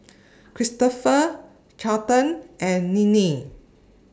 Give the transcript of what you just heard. Cristofer Carleton and Ninnie